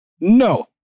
No